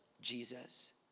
Jesus